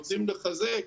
רוצים לחזק,